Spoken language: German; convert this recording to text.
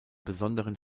besonderen